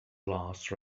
last